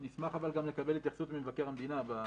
אנחנו נשמח גם לקבל התייחסות ממבקר המדינה בנושא הזה.